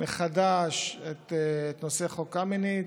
מחדש את נושא חוק קמיניץ.